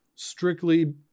Strictly